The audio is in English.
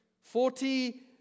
Forty